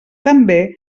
també